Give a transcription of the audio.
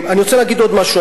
אני רוצה להגיד עוד משהו,